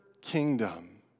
kingdom